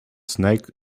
snake